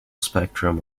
spectrum